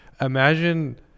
Imagine